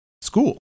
School